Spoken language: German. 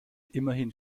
immerhin